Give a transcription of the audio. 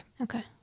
Okay